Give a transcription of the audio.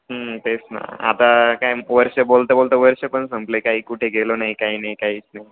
तेच नाव आता काय वर्ष बोलता बोलता वर्ष पण संपले काही कुठे गेलो नाही काही नाही काहीच नाही